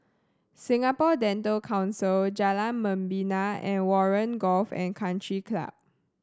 Singapore Dental Council Jalan Membina and Warren Golf and Country Club